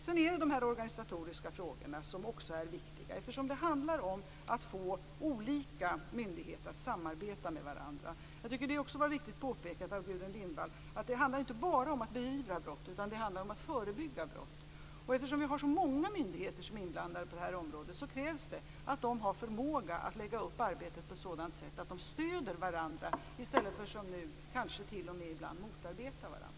Sedan har vi de organisatoriska frågorna som också är viktiga. Det handlar ju om att få olika myndigheter att samarbeta med varandra. Jag tycker också att det var riktigt påpekat av Gudrun Lindvall att det inte bara handlar om att beivra brott, utan också om att förebygga brott. Eftersom vi har så många myndigheter som är inblandade på det här området krävs det att de har förmåga att lägga upp arbetet så att de stöder varandra i stället för att som nu kanske t.o.m. ibland motarbeta varandra.